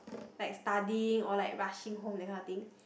like studying or like rushing home that kind of thing